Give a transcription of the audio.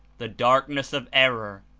the darkness of error,